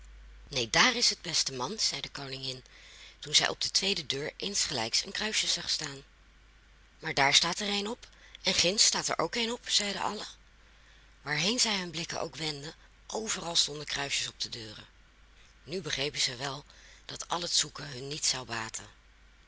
neen daar is het beste man zei de koningin toen zij op de tweede deur insgelijks een kruisje zag staan maar daar staat er een op en ginds staat er ook een op zeiden allen waarheen zij hun blikken ook wendden overal stonden kruisjes op de deuren nu begrepen zij wel dat al het zoeken hun niets zou baten